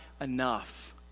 enough